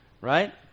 right